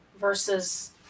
versus